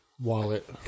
wallet